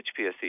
HPSC